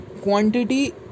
quantity